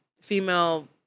female